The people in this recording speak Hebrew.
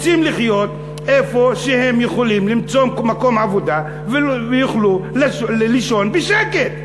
רוצים לחיות איפה שהם יכולים למצוא מקום עבודה ויוכלו לישון בשקט.